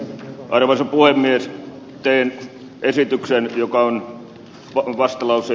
arvoisa puhemies teen esityksen joka on vastalause